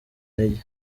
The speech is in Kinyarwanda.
intege